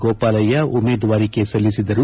ಗೋಪಾಲಯ್ನ ಉಮೇದುವಾರಿಕೆ ಸಲ್ಲಿಸಿದರು